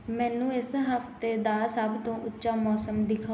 ਮੈਨੂੰ ਇਸ ਹਫ਼ਤੇ ਦਾ ਸਭ ਤੋਂ ਉੱਚਾ ਮੌਸਮ ਦਿਖਾਓ